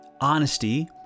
honesty